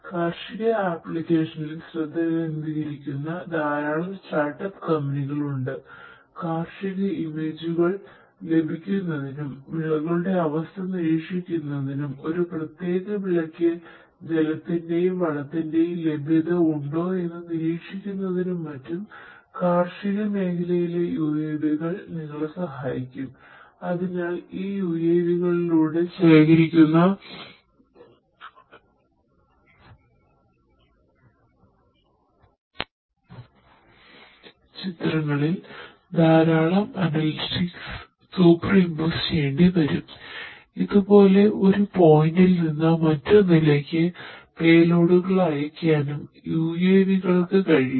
കാർഷിക ആപ്ലിക്കേഷനിൽ അയക്കാനും UAV കൾക്ക് കഴിയും